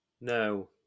no